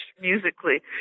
musically